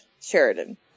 Sheridan